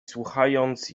słuchając